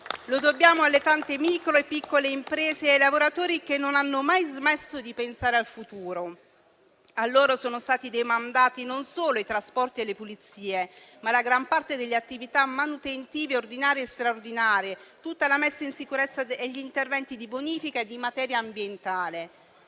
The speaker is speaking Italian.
lo dobbiamo alle tante micro e piccole imprese e ai lavoratori che non hanno mai smesso di pensare al futuro. A loro sono stati demandati non solo i trasporti e le pulizie, ma anche gran parte delle attività manutentive ordinarie e straordinarie, tutta la messa in sicurezza e gli interventi di bonifica e di materia ambientale.